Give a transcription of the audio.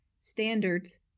standards